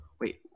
Wait